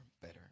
better